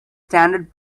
standard